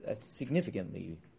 significantly